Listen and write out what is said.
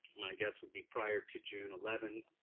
my guess would be prior to june eleven.